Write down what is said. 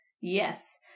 Yes